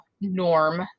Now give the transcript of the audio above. norm